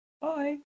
Bye